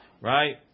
right